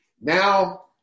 Now